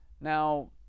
Now